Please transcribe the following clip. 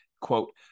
quote